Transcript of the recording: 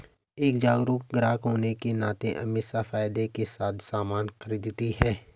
एक जागरूक ग्राहक होने के नाते अमीषा फायदे के साथ सामान खरीदती है